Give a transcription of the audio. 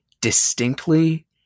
distinctly